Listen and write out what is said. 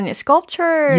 sculpture